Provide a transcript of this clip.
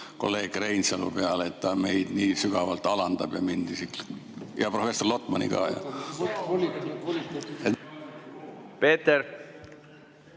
kolleeg Reinsalu peale, et ta meid nii sügavalt alandab? Mind isiklikult ja professor Lotmanit ka. Hea